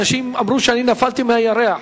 אנשים אמרו שאני נפלתי מהירח.